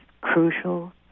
crucial